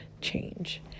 change